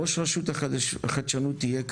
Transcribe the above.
ראש רשות החדשנות יהיה כאן,